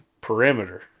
perimeter